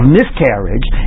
miscarriage